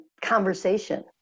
conversation